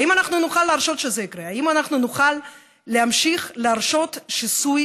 האם אנחנו נוכל להרשות שזה יקרה?